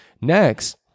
Next